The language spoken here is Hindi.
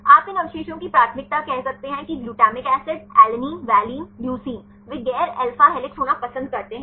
आप इन अवशेषों की प्राथमिकता कह सकते हैं कि glutamic acid alanine valine leucine वे गैर अल्फा हेलिक्स होना पसंद करते हैं